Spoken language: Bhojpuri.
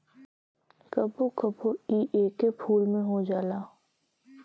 कबो कबो इ एके फूल में हो जाला